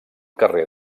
carrer